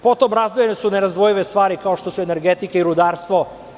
Potom, razdvojene su nerazdvojive stvari, kao što su energetika i rudarstvo.